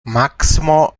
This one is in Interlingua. maximo